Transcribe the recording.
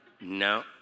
No